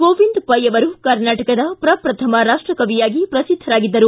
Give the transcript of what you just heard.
ಗೋವಿಂದ ಪೈ ಅವರು ಕರ್ನಾಟಕದ ಪ್ರಪ್ರಥಮ ರಾಷ್ಟಕವಯಾಗಿ ಪ್ರಸಿದ್ದರಾಗಿದ್ದಾರೆ